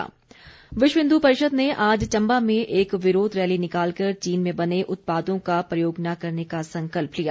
rally Vishwa Hindu Parishad ने आज चम्बा में एक विरोध रैली निकालकर चीन में बने उत्पादों का प्रयोग न करने का संकल्प लिया